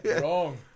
Wrong